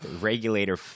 regulator